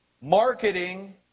marketing